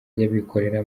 ry’abikorera